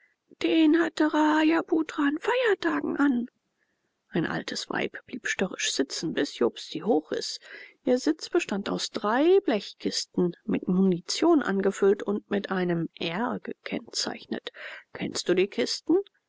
den hatte rahajaputra an feiertagen an ein altes weib blieb störrisch sitzen bis jobst sie hochriß ihr sitz bestand aus drei blechkisten mit munition angefüllt und mit einem r gezeichnet kennst du die kisten